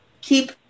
Keep